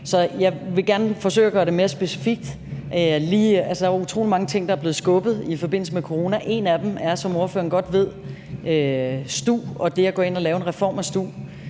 forsøge at gøre det mere specifikt. Der er utrolig mange ting, der er blevet skubbet i forbindelse med corona. En af dem er, som ordføreren godt ved, stu og det at gå ind og lave en reform af stu.